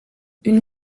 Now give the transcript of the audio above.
une